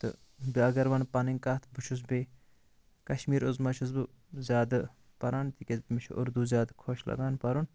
تہٕ بہٕ اگر وَنہٕ پَنٕنۍ کَتھ بہٕ چھُس بیٚیہِ کَشمیٖر عُظما چھُس بہٕ زیادٕ پران تکیازِ مےٚ چھُ اردوٗ زیادٕ خۄش لَگان پَرُن